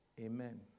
Amen